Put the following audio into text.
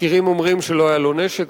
התחקירים אומרים שלא היה לו נשק,